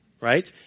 right